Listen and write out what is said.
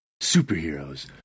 Superheroes